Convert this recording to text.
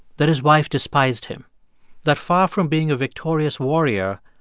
that his wife despised him that far from being a victorious warrior,